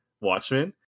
Watchmen